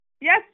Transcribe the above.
Yes